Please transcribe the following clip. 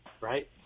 right